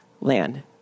land